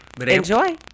Enjoy